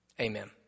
amen